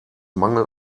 mangel